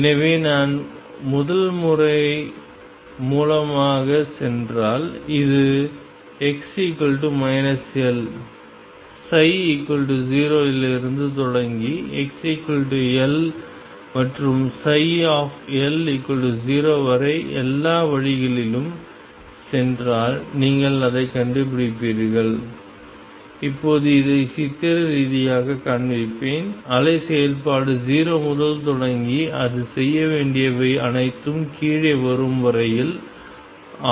எனவே நான் முதல் முறை மூலமாக சென்றால் இது x L ψ0 இலிருந்து தொடங்கி xL மற்றும் L0 வரை எல்லா வழிகளிலும் சென்றால் நீங்கள் அதைக் கண்டுபிடிப்பீர்கள் இப்போது இதை சித்திர ரீதியாகக் காண்பிப்பேன் அலை செயல்பாடு 0 முதல் தொடங்கி அது செய்ய வேண்டியவை அனைத்தும் கீழே வரும் வரையில் ஆகும்